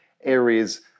areas